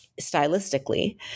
stylistically